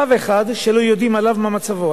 אין היום צו אחד שלא יודעים עליו מה מצבו.